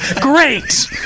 Great